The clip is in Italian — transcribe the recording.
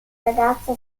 ragazza